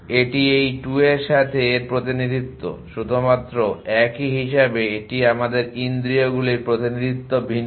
সুতরাং এটি এই 2 এর সাথে এর প্রতিনিধিত্ব শুধুমাত্র একই হিসাবে এটি আমাদের ইন্দ্রিয়গুলির প্রতিনিধিত্ব ভিন্ন